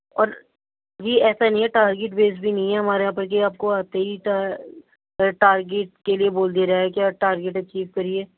اور جی ایسا نہیں ہے ٹارگیٹ بیس بھی نہیں ہے ہمارے یہاں پر کہ آپ کو آتے ہی ٹارگیٹ کے لئے بول دیا جائےکہ ٹارگیٹ اچیو کریئے